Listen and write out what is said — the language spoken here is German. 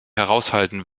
heraushalten